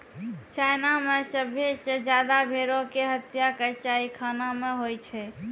China मे सभ्भे से ज्यादा भेड़ो के हत्या कसाईखाना मे होय छै